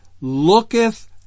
looketh